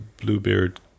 Bluebeard